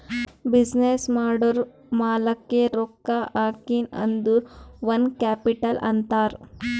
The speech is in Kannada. ಬಿಸಿನ್ನೆಸ್ ಮಾಡೂರ್ ಮಾಲಾಕ್ಕೆ ರೊಕ್ಕಾ ಹಾಕಿನ್ ಅಂದುರ್ ಓನ್ ಕ್ಯಾಪಿಟಲ್ ಅಂತಾರ್